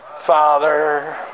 Father